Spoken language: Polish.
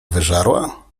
wyżarła